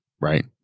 right